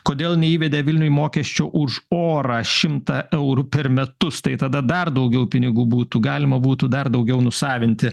kodėl neįvedė vilniuj mokesčio už orą šimtą eurų per metus tai tada dar daugiau pinigų būtų galima būtų dar daugiau nusavinti